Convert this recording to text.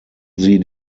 sie